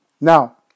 Now